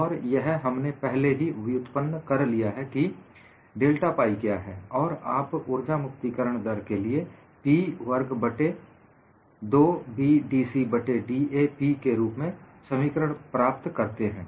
और यह हमने पहले ही व्युत्पन्न कर लिया है कि डेल्टा पाइ क्या है और आप उर्जा मुक्ति करण दर के लिए P वर्ग बट्टे 2 B dC बट्टे da P के रूप में समीकरण प्राप्त करते हैं